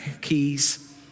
Keys